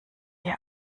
ihr